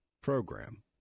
program